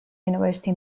university